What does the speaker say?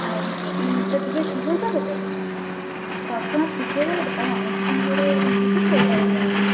আর এইটা দিলে ঠিক হয়ে যাবে তো তৎক্ষণাৎ ঠিক হয়ে যাবে তো কারণ অনেকক্ষণ ধরে হচ্ছে তো ওই কারণে বলছি